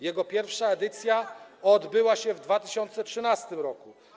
Jego pierwsza edycja odbyła się w 2013 r.